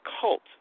cult